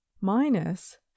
minus